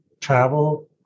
travel